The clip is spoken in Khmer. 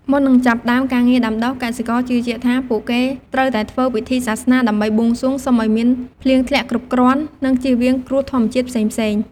មុននឹងចាប់ផ្តើមការងារដាំដុះ កសិករជឿជាក់ថាពួកគេត្រូវតែធ្វើពិធីសាសនា ដើម្បីបួងសួងសុំឱ្យមានភ្លៀងធ្លាក់គ្រប់គ្រាន់ និងជៀសវាងគ្រោះធម្មជាតិផ្សេងៗ។